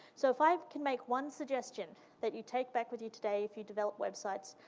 so if i can make one suggestion that you take back with you today if you develop websites,